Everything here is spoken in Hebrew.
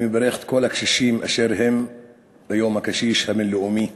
אני מברך את כל הקשישים באשר הם ביום הקשיש הבין-לאומי.